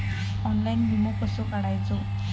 Online विमो कसो काढायचो?